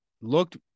looked